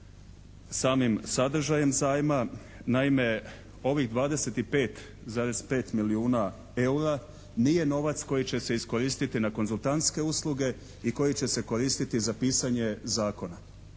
samim sadržajem zajma. Naime ovih 25,5 milijuna eura nije novac koji će se iskoristiti na konzultantske usluge i koji će se koristiti za pisanje zakona.